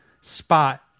spot